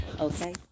Okay